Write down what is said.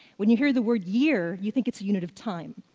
when you hear the word year, you think it's a unit of time.